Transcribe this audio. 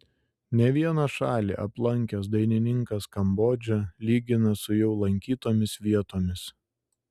ne vieną šalį aplankęs dainininkas kambodžą lygina su jau lankytomis vietomis